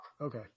Okay